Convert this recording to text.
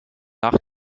nach